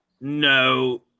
No